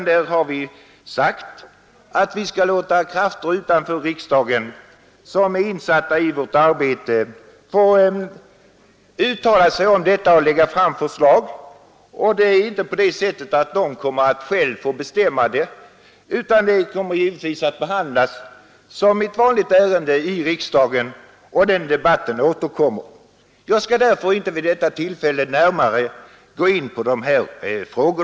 Där har vi sagt att vi skall låta krafter utanför riksdagen, som är insatta i vårt arbete, uttala sig om detta och lägga fram förslag. De får inte själva bestämma, utan deras förslag kommer givetvis att behandlas som ett vanligt ärende i riksdagen. Den debatten återkommer vi till, och jag skall därför inte vid detta tillfälle närmare gå in på dessa frågor.